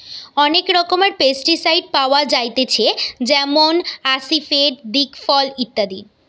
অনেক রকমের পেস্টিসাইড পাওয়া যায়তিছে যেমন আসিফেট, দিকফল ইত্যাদি